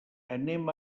anem